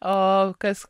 o kas